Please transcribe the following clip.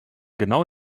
genau